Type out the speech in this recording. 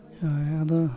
ᱦᱳᱭ ᱟᱫᱚ